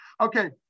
Okay